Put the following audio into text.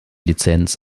lizenz